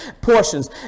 portions